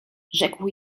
rzekł